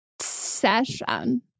session